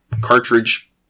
cartridge